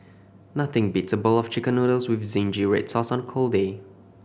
nothing beats a bowl of Chicken Noodles with zingy red sauce on a cold day